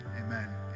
amen